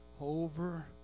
over